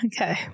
okay